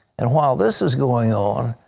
and while this is going on,